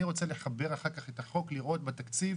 אני רוצה לחבר אחר כך את החוק, לראות בתקציב